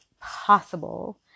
possible